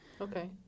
Okay